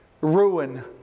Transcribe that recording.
ruin